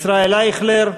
ישראל אייכלר,